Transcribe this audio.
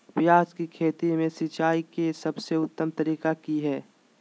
प्याज के खेती में सिंचाई के सबसे उत्तम तरीका की है?